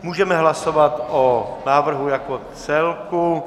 Můžeme hlasovat o návrhu jako celku.